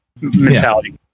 mentality